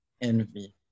Envy